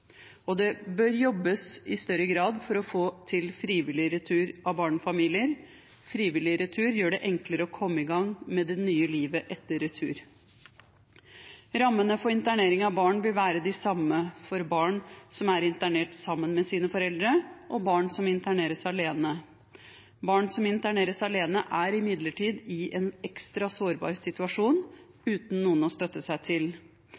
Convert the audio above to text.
Det bør jobbes i større grad for å få til frivillig retur av barnefamilier. Frivillig retur gjør det enklere å komme i gang med det nye livet etter retur. Rammene for internering av barn vil være de samme for barn som er internert sammen med sine foreldre, og barn som interneres alene. Barn som interneres alene, er imidlertid i en ekstra sårbar situasjon, uten noen å støtte seg til.